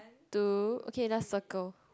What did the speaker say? two okay just circle